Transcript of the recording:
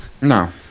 No